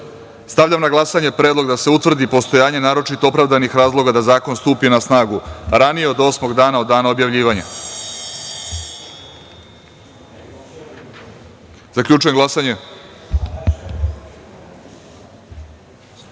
načelu. Stavljam na glasanje Predlog da se utvrdi postojanje naročito opravdanih razloga da zakon stupi na snagu ranije od osmog dana od dana objavljivanja. Zaključujem glasanje